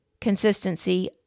consistency